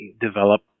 develop